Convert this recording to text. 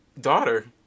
daughter